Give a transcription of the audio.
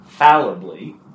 fallibly